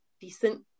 decent